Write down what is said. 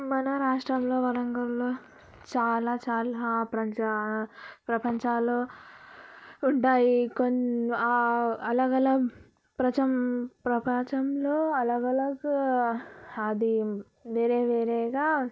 మన రాష్ట్రంలో వరంగల్ లో చాలా చాలా ప్రపంచ ప్రపంచాలలో ఉంటాయి అలగ్ అలగ్ ప్రపంచంలో అలగ్ అలగ్ అది వేరే వేరేగా